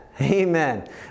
Amen